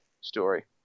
story